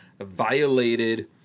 violated